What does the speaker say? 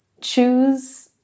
choose